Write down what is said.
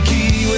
Key